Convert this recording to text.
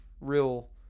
real